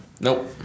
Nope